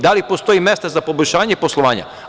Da li postoji mesta za poboljšanje poslovanja?